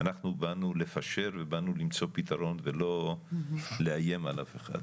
אנחנו באנו לפשר ובאנו למצוא פתרון ולא לאיים על אף אחד,